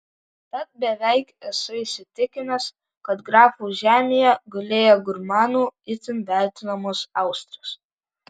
tad beveik esu įsitikinęs kad grafų žemėje gulėjo gurmanų itin vertinamos austrės